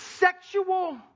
Sexual